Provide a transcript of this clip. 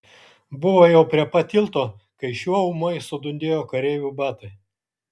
buvo jau prie pat tilto kai šiuo ūmai sudundėjo kareivių batai